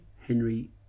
Henry